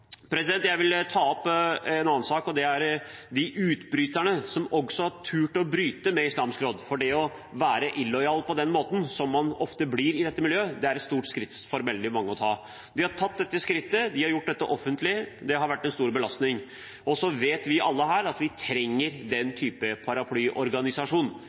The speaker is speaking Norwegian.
har turt å bryte med Islamsk Råd, for det å være «illojal» på den måten, som man ofte blir i dette miljøet, er et stort skritt å ta for veldig mange. De har tatt dette skrittet, de har gjort dette offentlig, og det har vært en stor belastning. Så vet vi alle her at vi trenger den typen paraplyorganisasjon,